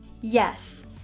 Yes